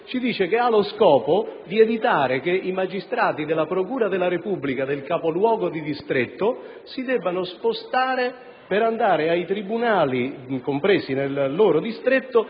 modifica ha lo scopo di evitare che i magistrati della procura della Repubblica del capoluogo di distretto si debbano spostare per recarsi ai tribunali compresi nel loro distretto